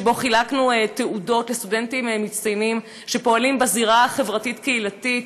שבו חילקנו תעודות לסטודנטים מצטיינים שפועלים בזירה החברתית-קהילתית.